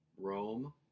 Rome